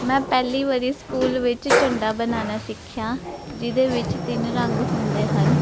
ਮੈਂ ਪਹਿਲੀ ਵਾਰੀ ਸਕੂਲ ਵਿੱਚ ਝੰਡਾ ਬਣਾਉਣਾ ਸਿੱਖਿਆ ਜਿਹਦੇ ਵਿੱਚ ਤਿੰਨ ਰੰਗ ਹੁੰਦੇ ਹਨ